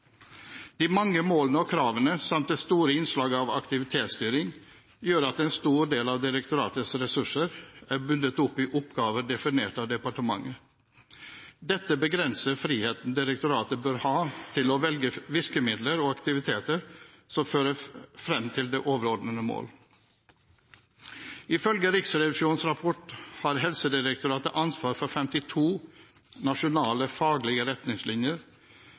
De mange målene og kravene samt det store innslaget av aktivitetsstyring gjør at en stor del av direktoratets ressurser er bundet opp i oppgaver definert av departementet. Dette begrenser friheten direktoratet bør ha til å velge virkemidler og aktiviteter som fører fram til det overordnede mål. Ifølge Riksrevisjonens rapport har Helsedirektoratet ansvar for 52 nasjonale faglige retningslinjer,